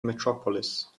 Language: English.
metropolis